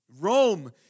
Rome